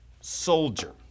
soldier